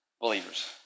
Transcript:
believers